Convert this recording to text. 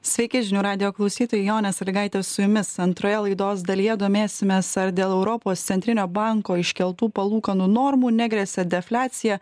sveiki žinių radijo klausytojai jonė sąlygaitė su jumis antroje laidos dalyje domėsimės ar dėl europos centrinio banko iškeltų palūkanų normų negresia defliacija